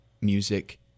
Music